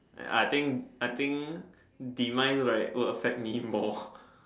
eh I think I think demise like will affect me more